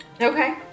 Okay